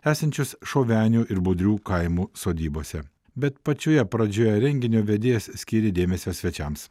esančius šovenių ir budrių kaimo sodybose bet pačioje pradžioje renginio vedėjas skyrė dėmesio svečiams